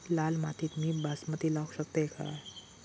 लाल मातीत मी बासमती लावू शकतय काय?